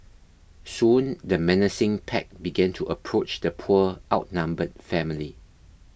soon the menacing pack began to approach the poor outnumbered family